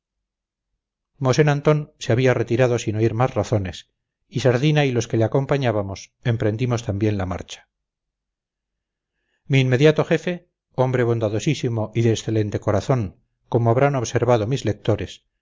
antón se había retirado sin oír más razones y sardina y los que le acompañábamos emprendimos también la marcha mi inmediato jefe hombre bondadosísimo y de excelente corazón como habrán observado mis lectores